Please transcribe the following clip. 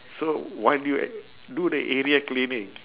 so while you a~ do the area cleaning